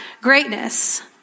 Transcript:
greatness